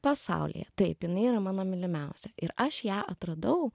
pasaulyje taip jinai yra mano mylimiausia ir aš ją atradau